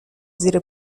زیر